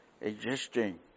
existing